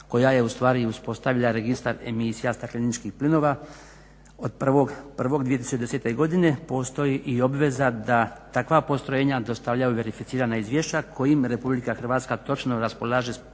koja je u stvari i uspostavila registar emisija stakleničkih plinova. Od 1.1.2010. godine postoji i obveza da takva postrojenja dostavljaju verificirana izvješća kojim RH točno raspolaže s podacima